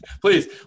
Please